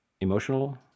emotional